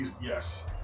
Yes